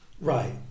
right